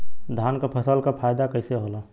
धान क फसल क फायदा कईसे होला?